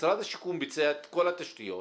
משרד השיכון ביצע את כל התשתיות